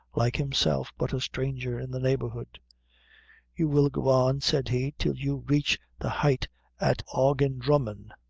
like himself, but a stranger in the neighborhood you will go on, said he, till you reach the height at aughindrummon,